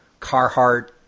Carhartt